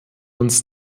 uns